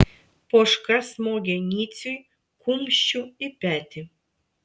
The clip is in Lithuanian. poška smogė niciui kumščiu į petį